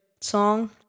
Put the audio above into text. song